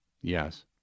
Yes